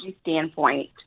standpoint